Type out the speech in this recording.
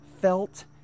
felt